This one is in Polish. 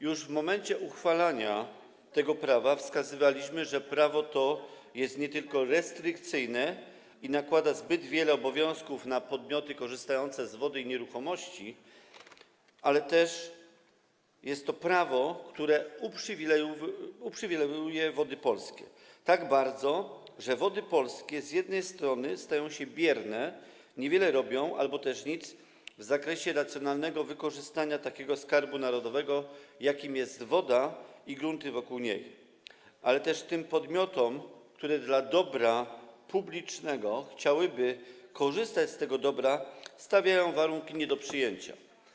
Już w momencie uchwalania tego prawa wskazywaliśmy, że nie tylko jest to prawo restrykcyjne, które nakłada zbyt wiele obowiązków na podmioty korzystające z wody i nieruchomości, ale też jest to prawo, które uprzywilejowuje Wody Polskie tak bardzo, że Wody Polskie z jednej strony stają się bierne, niewiele robią albo też nic w zakresie racjonalnego wykorzystania takiego skarbu narodowego, jakim są woda i grunty wokół niej, a z drugiej strony tym podmiotom, które dla dobra publicznego chciałyby korzystać z tego dobra, stawiają warunki nie do przyjęcia.